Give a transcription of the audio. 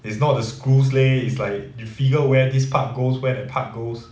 it's not the screws leh is like you figure where this part goes where that part goes